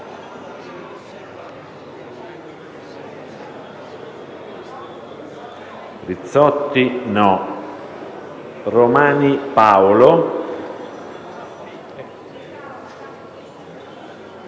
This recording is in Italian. Rizzotti, Romani Paolo,